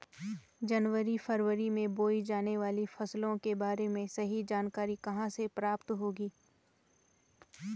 जनवरी फरवरी में बोई जाने वाली फसलों के बारे में सही जानकारी कहाँ से प्राप्त होगी?